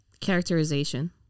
Characterization